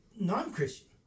non-Christian